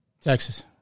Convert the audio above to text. Texas